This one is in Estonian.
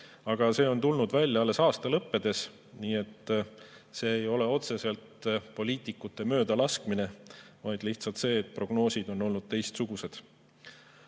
Aga see on tulnud välja alles aasta lõppedes, nii et see ei ole otseselt poliitikute möödalaskmine, vaid lihtsalt prognoosid on olnud teistsugused.